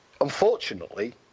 unfortunately